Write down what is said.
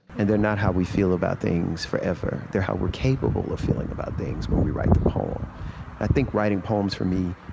and they're not how we feel about things forever. they're how we're capable of feeling about things when we write the poem. and i think writing poems, for me,